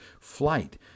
flight